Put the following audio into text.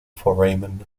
foramen